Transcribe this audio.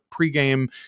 pregame